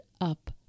up